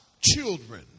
children